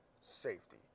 safety